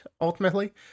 ultimately